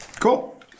Cool